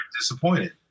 disappointed